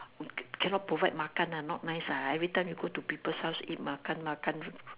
cannot provide makan ah not nice ah every time you go to people house you eat makan makan